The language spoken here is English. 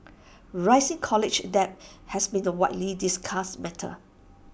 rising college debt has been the widely discussed matter